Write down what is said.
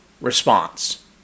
response